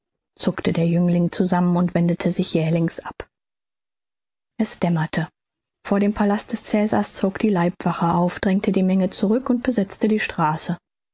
zuckte der jüngling zusammen und wendete sich jählings ab es dämmerte vor dem palast des cäsars zog die leibwache auf drängte die menge zurück und besetzte die straße